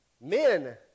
men